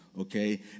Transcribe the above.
okay